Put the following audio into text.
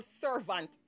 servant